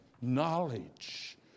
knowledge